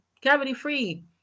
cavity-free